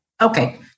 Okay